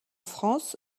france